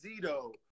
Zito